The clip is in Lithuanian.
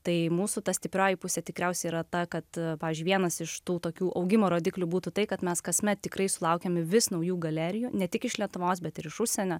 tai mūsų ta stiprioji pusė tikriausiai yra ta kad pavyzdžiui vienas iš tų tokių augimo rodiklių būtų tai kad mes kasmet tikrai sulaukiame vis naujų galerijų ne tik iš lietuvos bet ir iš užsienio